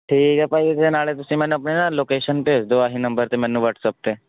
ਠੀਕ ਹੈ ਭਾਅ ਜੀ ਅਤੇ ਨਾਲੇ ਤੁਸੀਂ ਮੈਨੂੰ ਆਪਣੀ ਨਾ ਲੋਕੇਸ਼ਨ ਭੇਜ ਦਿਉ ਆਹੀ ਨੰਬਰ 'ਤੇ ਮੈਨੂੰ ਵਟਸਐਪ 'ਤੇ